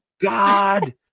god